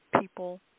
people